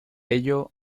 ello